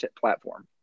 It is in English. platform